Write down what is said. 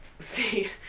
see